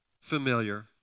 familiar